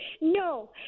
No